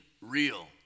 real